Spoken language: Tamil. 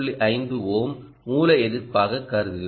5 ஓம் மூல எதிர்ப்பாகக் கருதினோம்